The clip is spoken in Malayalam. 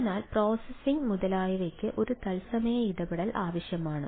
അതിനാൽ പ്രോസസ്സിംഗ് മുതലായവയ്ക്ക് ഒരു തത്സമയ ഇടപെടൽ ആവശ്യമാണ്